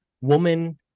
woman